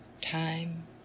time